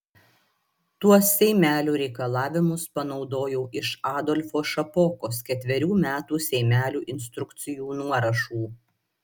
tuos seimelių reikalavimus panaudojau iš adolfo šapokos ketverių metų seimelių instrukcijų nuorašų